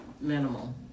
minimal